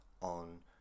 on